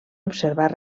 observar